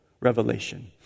revelation